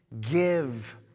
give